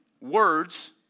words